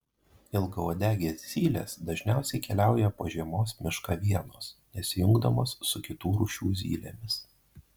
ilgauodegės zylės dažniausiai keliauja po žiemos mišką vienos nesijungdamos su kitų rūšių zylėmis